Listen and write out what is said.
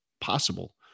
possible